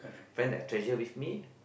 friend that I treasure with me